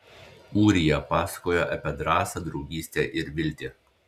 ūrija pasakojo apie drąsą draugystę ir viltį